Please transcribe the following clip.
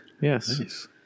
Yes